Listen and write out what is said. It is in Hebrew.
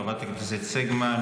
חברת הכנסת סגמן,